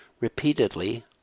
repeatedly